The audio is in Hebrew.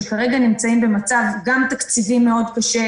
שכרגע נמצאים במצב גם תקציבי מאוד קשה,